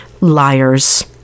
Liars